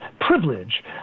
privilege